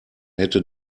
hätte